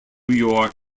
york